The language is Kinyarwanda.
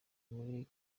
muri